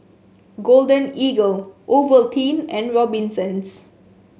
Golden Eagle Ovaltine and Robinsons